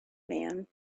man